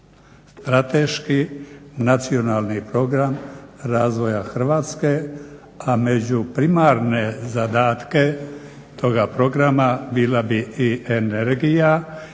Strateški nacionalni program razvoja Hrvatske a među primarne zadatke toga programa bila bi i energija